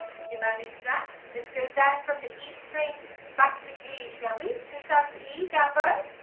did you manage that? let's go down from the e string back to g shall we two times e, down but